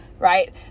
Right